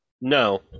No